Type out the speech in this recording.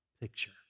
picture